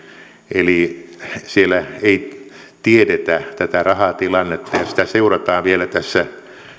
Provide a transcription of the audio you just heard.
eli siellä ei tiedetä tätä rahatilannetta ja sitä seurataan vielä tässä